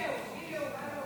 ערני, מיכאל?